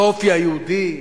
באופי היהודי,